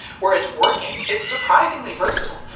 were it working it's surprisingly versatile,